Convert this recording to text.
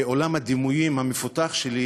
בעולם הדימויים המפותח שלי,